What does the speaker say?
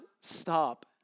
stop